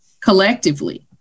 collectively